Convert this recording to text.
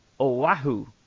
Oahu